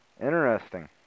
Interesting